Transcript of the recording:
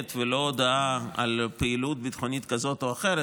ולא הודעה על פעילות ביטחונית כזאת או אחרת,